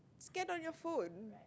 scan on your phone